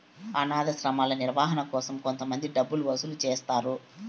అనాధాశ్రమాల నిర్వహణ కోసం కొంతమంది డబ్బులు వసూలు చేస్తారు